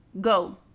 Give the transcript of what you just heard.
go